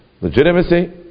legitimacy